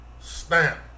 stamp